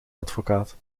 advocaat